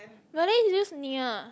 Malay use [nia]